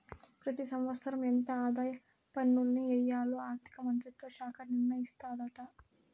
పెతి సంవత్సరం ఎంత ఆదాయ పన్నుల్ని ఎయ్యాల్లో ఆర్థిక మంత్రిత్వ శాఖ నిర్ణయిస్తాదాట